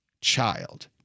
child